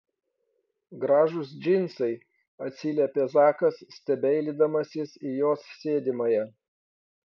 gražūs džinsai atsiliepė zakas stebeilydamasis į jos sėdimąją